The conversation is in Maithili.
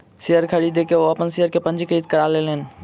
शेयर खरीद के ओ अपन शेयर के पंजीकृत करा लेलैन